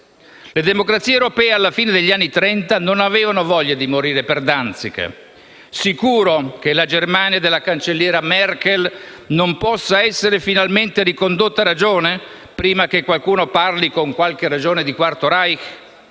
Le democrazie europee alla fine degli anni Trenta non avevano voglia di morire per Danzica. Sicuro che la Germania della cancelliera Merkel non possa essere finalmente ricondotta a ragione, prima che qualcuno parli, con qualche ragione, di quarto Reich?